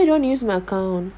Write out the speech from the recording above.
why don't want to use my account